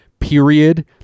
Period